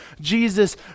Jesus